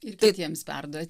ir kitiems perduot